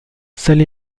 seule